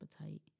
appetite